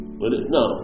No